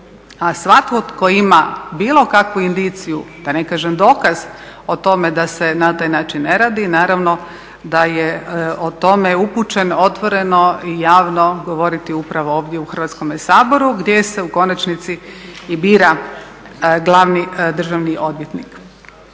A svatko tko ima bilo kakvu indiciju, da ne kažem dokaz o tome da se na taj način ne radi naravno da je o tome upućen otvoreno i javno govoriti upravo ovdje u Hrvatskome saboru gdje se u konačnici i bira glavni državni odvjetnik.